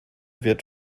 wird